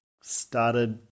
Started